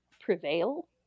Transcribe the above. prevail